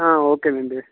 ఆ ఓకే అండి